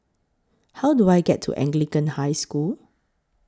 How Do I get to Anglican High School